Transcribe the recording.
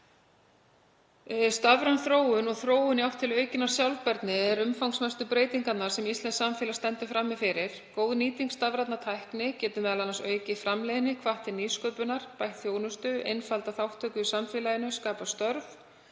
Stafræn þróun og þróun í átt til aukinnar sjálfbærni eru umfangsmestu breytingarnar sem íslenskt samfélag stendur frammi fyrir. Góð nýting stafrænnar tækni getur m.a. aukið framleiðni, hvatt til nýsköpunar, bætt þjónustu, einfaldað þátttöku í samfélaginu, skapað störf,